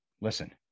Listen